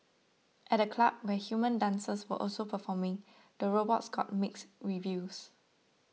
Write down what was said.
at the club where human dancers were also performing the robots got mixed reviews